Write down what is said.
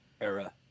era